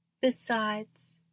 Besides